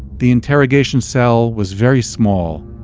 the interrogation cell was very small,